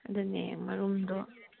ꯑꯗꯨꯅꯦ ꯃꯔꯨꯝꯗꯣ